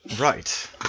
Right